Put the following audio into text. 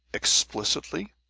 explicitly,